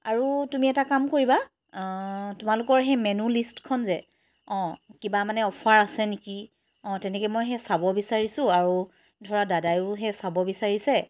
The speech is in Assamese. আৰু তুমি এটা কাম কৰিবা তোমালোকৰ সেই মেনু লিষ্টখন যে অঁ কিবা মানে অফাৰ আছে নেকি অঁ তেনেকৈ মই সেই চাব বিচাৰিছোঁ আৰু ধৰা দাদাইয়ো সেই চাব বিচাৰিছে